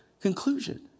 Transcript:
conclusion